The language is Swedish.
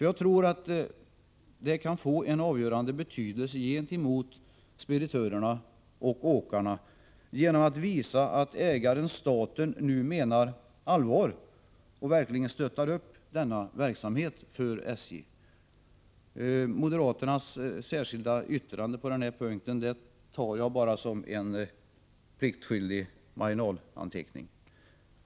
Jag tror att det kan få en avgörande betydelse gentemot speditörerna och åkarna att kunna visa att ägaren/staten nu menar allvar och verkligen stöttar denna verksamhet för SJ. Moderaternas särskilda yttrande på denna punkt tar jag bara som en pliktskyldig marginalanteckning.